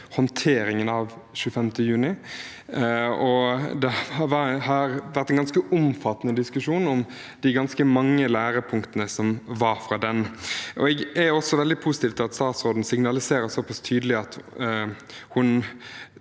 håndteringen av 25. juni. Det har vært en ganske omfattende diskusjon om de ganske mange lærepunktene fra den. Jeg er veldig positiv til at statsråden signaliserer såpass tydelig at hun